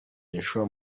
joshua